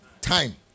time